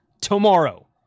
tomorrow